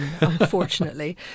unfortunately